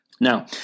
Now